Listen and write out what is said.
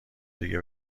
دیگه